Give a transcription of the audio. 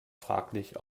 fraglich